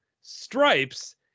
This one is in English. stripes